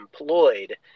employed